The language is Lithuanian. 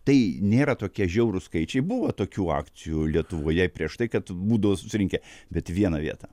tai nėra tokie žiaurūs skaičiai buvo tokių akcijų lietuvoje prieš tai kad būdavo susirinkę bet į vieną vietą